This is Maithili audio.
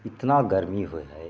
इतना गर्मी होइ हइ